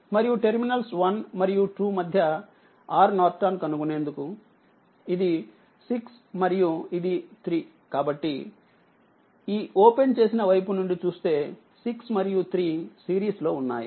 మరియుటెర్మినల్స్ 1 మరియు 2 మధ్యRN కనుగొనేందుకు ఇది 6 మరియు ఇది 3 కాబట్టి కనుకఈ ఓపెన్ చేసిన వైపు నుండి చూస్తే 6 మరియు 3సిరీస్ లో ఉన్నాయి